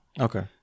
Okay